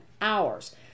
hours